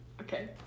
Okay